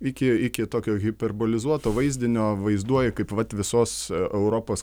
iki iki tokio hiperbolizuoto vaizdinio vaizduoji kaip vat visos europos